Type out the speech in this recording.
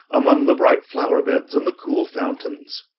among the bright flower-beds and the cool fountains.